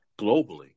globally